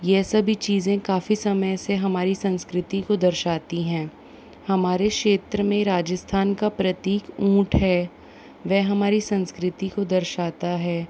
यह सभी चीज़ें काफ़ी समय से हमारी संस्कृति को दर्शातीं हैं हमारे क्षेत्र में राजस्थान का प्रतीक ऊँट है वह हमारी संस्कृति को दर्शाता है